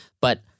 But-